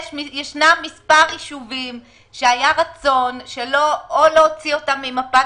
ישנם מספר יישובים שהיה רצון שלא להוציא אותם ממפת